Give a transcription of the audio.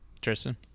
Tristan